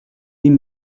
хэн